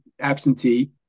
absentee